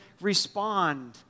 respond